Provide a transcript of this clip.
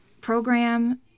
program